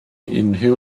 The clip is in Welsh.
unrhyw